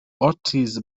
ortiz